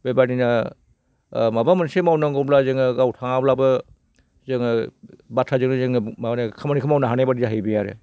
बेबायदिनो माबा मोनसे मावनांगौब्ला जोङो गाव थाङाब्लाबो जोङो बाथ्राजोंनो जोङो मा होनो खामानिखौ मावनो हानाय बायदि जाहैबाय आरो